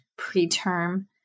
preterm